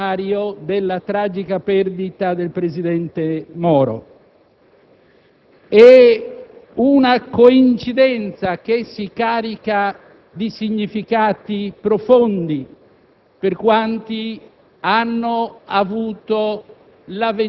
cade con il trentesimo anniversario della tragica perdita del presidente Moro. È una coincidenza che si carica di significati profondi